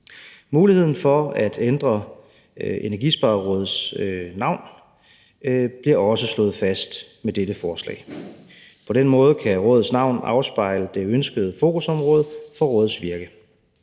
Muligheden for at ændre Energisparerådets navn bliver også slået fast med dette forslag. På den måde kan rådets navn afspejle det ønskede fokusområde for rådets virke.